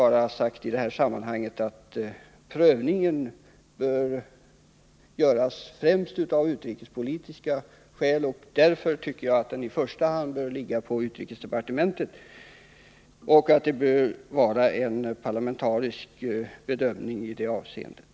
Jag har i detta sammanhang bara sagt att prövningen främst bör göras av utrikespolitiska skäl och att den därför i första hand bör ligga på utrikesdepartementet samt att det även bör vara en parlamentarisk bedömning av tillståndsfrågor.